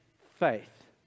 faith